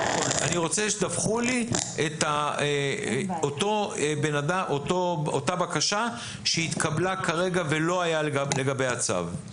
אני רוצה שתדווחו לי את אותה בקשה שהתקבלה כרגע ולא היה לגביה צו,